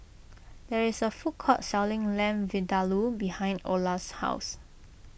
there is a food court selling Lamb Vindaloo behind Ola's house